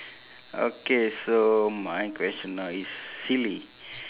okay so my question now is silly